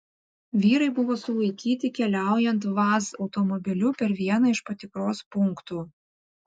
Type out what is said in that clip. vyrai buvo sulaikyti keliaujant vaz automobiliu per vieną iš patikros punktų